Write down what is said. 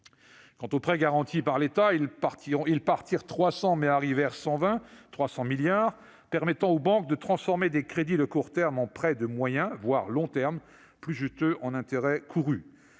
est des prêts garantis par l'État, ils partirent 300 mais arrivèrent 120- je parle en milliards d'euros -, permettant aux banques de transformer des crédits de court terme en prêts de moyen voire de long terme, plus juteux en intérêts encourus